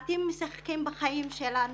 אתם משחקים בחיים שלנו.